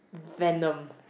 Venom